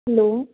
hello